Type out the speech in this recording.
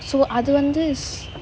so அது வந்து:athu vanthu